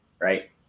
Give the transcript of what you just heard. right